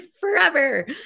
forever